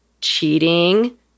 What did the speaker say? cheating